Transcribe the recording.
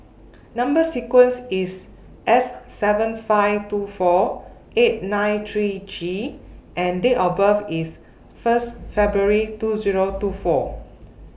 Number sequence IS S seven five two four eight nine three G and Date of birth IS First February two Zero two four